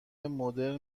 مدرن